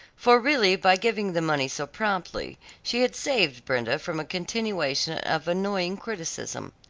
for really by giving the money so promptly she had saved brenda from a continuation of annoying criticism.